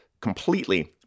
completely